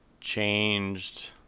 changed